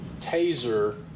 taser